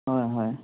হয় হয়